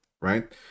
right